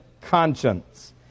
conscience